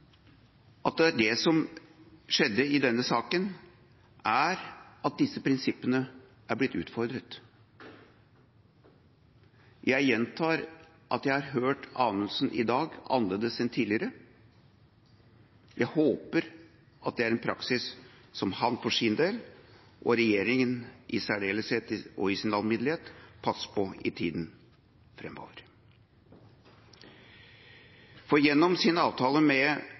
at det som skjedde i denne saken, er at disse prinsippene er blitt utfordret. Jeg gjentar at jeg har hørt statsråd Anundsen i dag annerledes enn tidligere. Jeg håper at det er en praksis som han for sin del og regjeringa i særdeleshet og i sin alminnelighet passer på i tiden framover. Gjennom sin avtale med